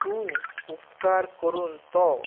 तूं उपकार करून तो